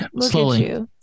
slowly